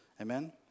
Amen